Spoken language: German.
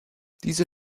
diese